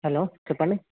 hello చెప్పండి